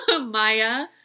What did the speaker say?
Maya